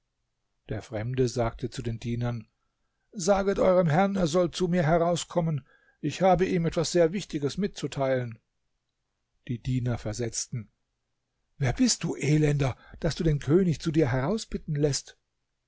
der fremde sagte zu den dienern saget eurem herrn er soll zu mir herauskommen ich habe ihm etwas sehr wichtiges mitzuteilen die diener versetzten wer bist du elender daß du den könig zu dir herausbitten läßt